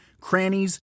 crannies